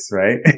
right